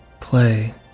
play